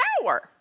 power